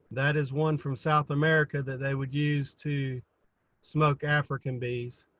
that is one from south america that they would use to smoke african bees,